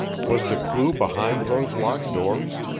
was the clue behind those locked doors?